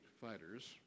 fighters